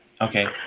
Okay